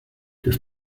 this